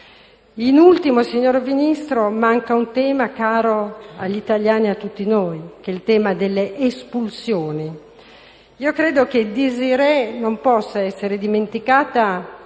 In ultimo, signor Ministro, manca un tema caro agli italiani e a tutti noi: quello delle espulsioni. Io credo che Desirée non possa essere dimenticata